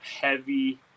heavy